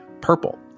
purple